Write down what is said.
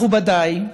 מכובדיי,